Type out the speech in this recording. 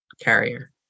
carrier